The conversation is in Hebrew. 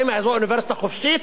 האם היא אוניברסיטה חופשית?